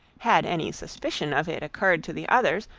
had any suspicion of it occurred to the others,